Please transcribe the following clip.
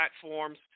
platforms